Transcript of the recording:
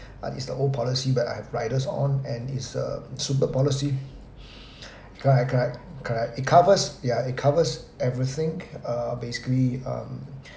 uh is the old policy but I have riders on and is err super policy correct correct correct it covers yeah it covers everything uh basically um